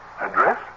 Address